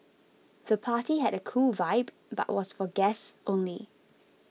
the party had a cool vibe but was for guests only